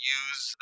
use